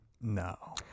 No